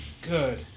Good